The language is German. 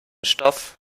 stoff